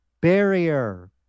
barrier